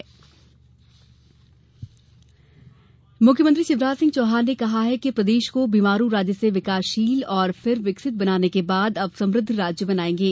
CM vision मुख्यमंत्री शिवराज सिंह चौहान ने कहा है कि प्रदेश को बीमारू राज्य से विकासशील और फिर विकसित बनाने के बाद अब समुद्ध राज्य बनाएंगे